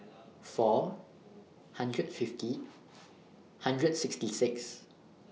four hundred fifty hundred sixty six